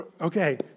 Okay